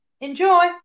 Enjoy